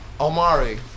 Omari